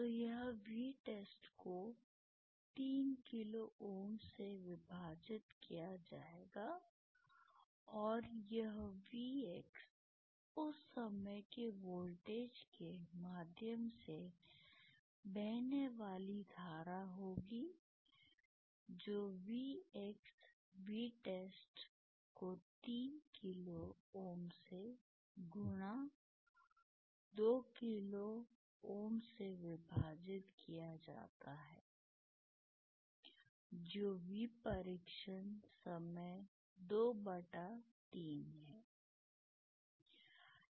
तो यह Vtest को 3 किलो Ω से विभाजित किया जाएगा और यह Vx उस समय के वोल्टेज के माध्यम से बहने वाली धारा होगी जो VxVtest को 3 किलो Ω गुणा 2 किलो Ω से विभाजित किया जाता है जो V परीक्षण समय 2 बटा 3 है